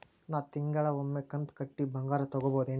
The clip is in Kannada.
ನಾ ತಿಂಗಳಿಗ ಒಮ್ಮೆ ಕಂತ ಕಟ್ಟಿ ಬಂಗಾರ ತಗೋಬಹುದೇನ್ರಿ?